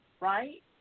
right